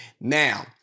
Now